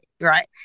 right